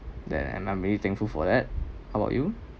then and I'm really thankful for that how about you